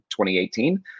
2018